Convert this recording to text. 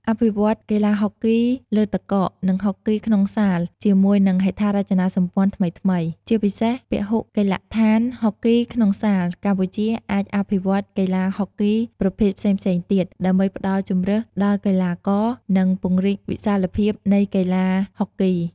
អភិវឌ្ឍកីឡាហុកគីលើទឹកកក និងហុកគីក្នុងសាល ជាមួយនឹងហេដ្ឋារចនាសម្ព័ន្ធថ្មីៗ ជាពិសេសពហុកីឡដ្ឋានហុកគីក្នុងសាល កម្ពុជាអាចអភិវឌ្ឍកីឡាហុកគីប្រភេទផ្សេងៗទៀត ដើម្បីផ្តល់ជម្រើសដល់កីឡាករ និងពង្រីកវិសាលភាពនៃកីឡាហុកគី។